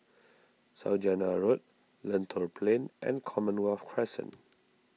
Saujana Road Lentor Plain and Commonwealth Crescent